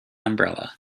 umbrella